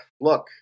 look